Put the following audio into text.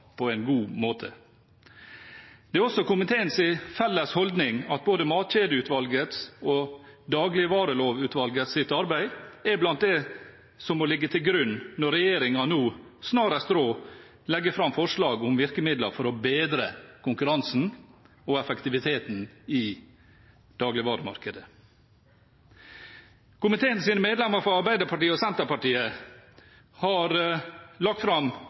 på en god måte. Det er også komiteens felles holdning at bl.a. både Matkjedeutvalgets og Dagligvarelovutvalgets arbeid må ligge til grunn når regjeringen nå snarest mulig legger fram forslag om virkemidler for å bedre konkurransen og effektiviteten i dagligvaremarkedet. Komiteens medlemmer fra Arbeiderpartiet og Senterpartiet har lagt fram